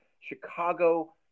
Chicago